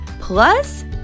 Plus